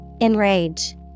Enrage